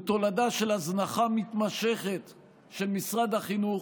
הוא תולדה של הזנחה מתמשכת של משרד החינוך,